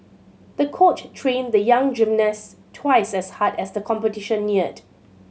the coach trained the young gymnast twice as hard as the competition neared